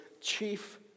chief